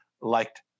liked